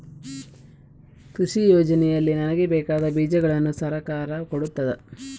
ಕೃಷಿ ಯೋಜನೆಯಲ್ಲಿ ನನಗೆ ಬೇಕಾದ ಬೀಜಗಳನ್ನು ಸರಕಾರ ಕೊಡುತ್ತದಾ?